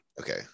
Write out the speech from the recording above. Okay